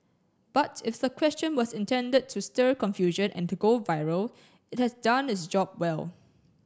but if the question was intended to stir confusion and to go viral it has done its job well